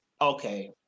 okay